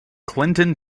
clinton